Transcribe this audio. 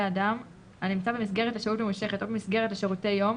אדם הנמצא במסגרת לשהות ממושכת או במסגרת לשירותי יום,